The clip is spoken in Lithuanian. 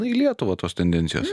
į lietuvą tos tendencijos